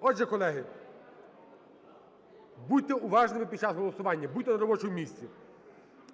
Отже, колеги, будьте уважними під час голосування, будьте на робочому місці.